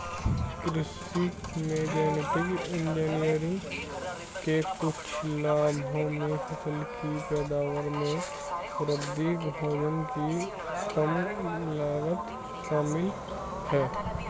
कृषि में genetic engineering के कुछ लाभों में फसल की पैदावार में वृद्धि, भोजन की कम लागत शामिल हैं